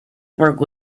were